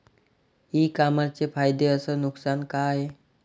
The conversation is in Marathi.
इ कामर्सचे फायदे अस नुकसान का हाये